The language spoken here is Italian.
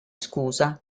scusa